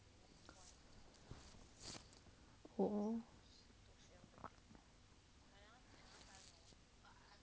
oh